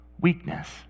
weakness